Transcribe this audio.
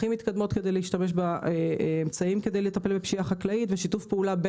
המתקדמים ביותר כדי להילחם בפשיעה זו וכן שיתוף פעולה עם